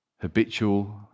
habitual